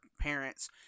parents